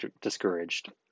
discouraged